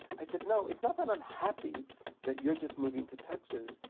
i said, no, it's not that i'm happy that you're just moving to texas.